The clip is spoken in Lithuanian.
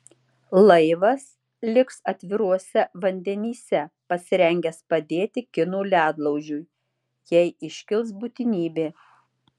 laivas liks atviruose vandenyse pasirengęs padėti kinų ledlaužiui jei iškils būtinybė